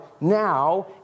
now